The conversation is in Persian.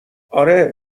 آره